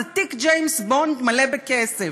זה תיק ג'יימס בונד מלא בכסף.